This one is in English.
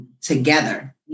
together